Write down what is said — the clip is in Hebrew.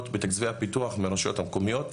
בתקציבי הפיתוח מהרשויות המקומיות.